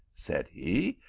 said he,